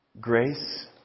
Grace